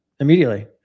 immediately